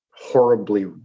horribly